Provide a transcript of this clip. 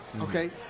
okay